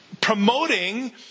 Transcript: promoting